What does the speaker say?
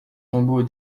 tombeau